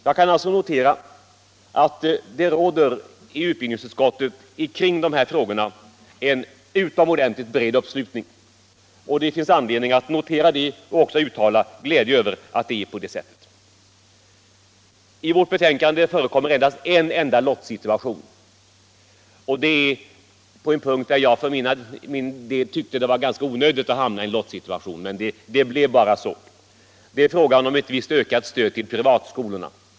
Jag kan alltså säga att det råder i utbildningsutskottet en utomordentligt bred uppslutning kring dessa frågor. Det finns anledning att notera detta och även uttala glädje över att det är på det sättet. I vårt betänkande förekommer det en enda lottsituation, och det är på en punkt där jag för min del tycker att det var ganska onödigt att hamna i den situationen. Men det blev bara så. Det gäller frågan om visst ökat stöd till privatskolorna.